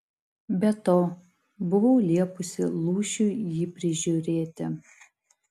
be to buvau liepusi lūšiui jį prižiūrėti